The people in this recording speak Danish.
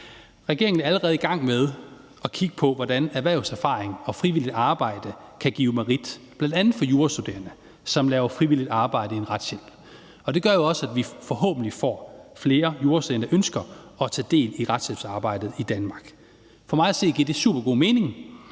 Regeringen er allerede i gang med at kigge på, hvordan erhvervserfaring og frivilligt arbejde kan give merit, bl.a. for jurastuderende, som laver frivilligt arbejde i en retshjælp. Og det gør jo også, at vi forhåbentlig får flere jurastuderende, der ønsker at tage del i retshjælpsarbejdet i Danmark. For mig at se giver det supergod mening,